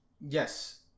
Yes